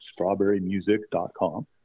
strawberrymusic.com